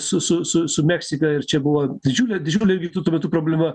su su su su meksika ir čia buvo didžiulė didžiulė irgi tuo metu problema